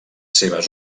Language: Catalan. seves